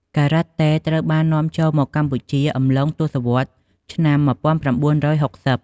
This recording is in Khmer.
ការ៉ាតេត្រូវបាននាំចូលមកកម្ពុជាក្នុងអំឡុងទសវត្សរ៍ឆ្នាំ១៩៦០។